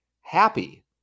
happy